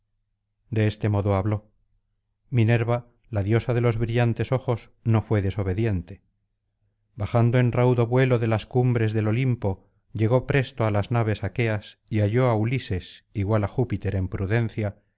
de este modo habló minerva la diosa de los brillantes ojos no fué desobediente bajando en raudo vuelo de las cumbres del olimpo llegó presto á las naves aqueas y halló á ulises igual á júpiter en prudencia